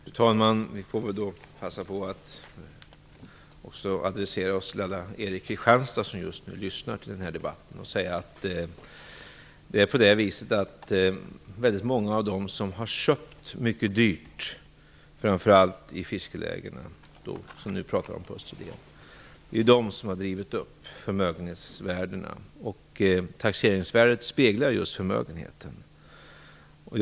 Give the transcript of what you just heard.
Fru talman! Vi får väl då passa på att adressera oss också till alla nere i Kristianstad som just nu lyssnar till den här debatten. Jag vill säga att väldigt många har köpt mycket dyrt, framför allt i de fiskelägen på Österlen som vi nu pratar om, och att detta har drivit upp förmögenhetsvärdena. Taxeringsvärdet speglar just förmögenhetsvärdet.